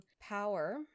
power